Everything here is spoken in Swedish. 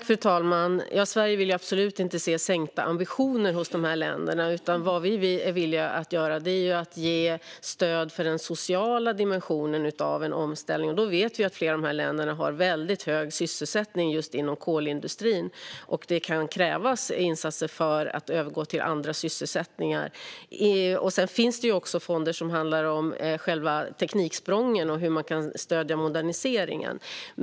Fru talman! Sverige vill absolut inte se sänkta ambitioner hos de här länderna, utan vad vi vill är att ge stöd för den sociala dimensionen av en omställning. Vi vet att flera av de här länderna har väldigt hög sysselsättning just inom kolindustrin och att det kan kräva insatser för att övergå till andra sysselsättningar. Sedan finns det också fonder som handlar om själva tekniksprången och hur man kan stödja moderniseringen.